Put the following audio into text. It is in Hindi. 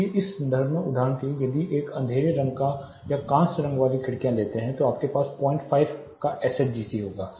इसलिए इस संदर्भ में उदाहरण के लिए यदि आप एक अंधेरे रंग की या कांस्य रंग वाली खिड़कियां लेते हैं तो आपके पास 05 का SHGC होगा